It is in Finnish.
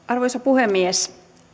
arvoisa puhemies